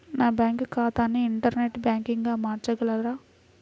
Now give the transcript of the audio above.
నా బ్యాంక్ ఖాతాని ఇంటర్నెట్ బ్యాంకింగ్గా మార్చగలరా?